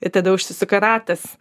ir tada užsisuka ratas